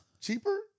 cheaper